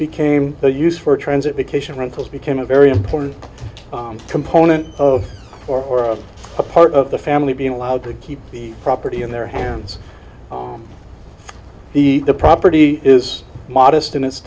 became used for transit vacation rentals became a very important component of for us a part of the family being allowed to keep the property in their hands the property is modest in its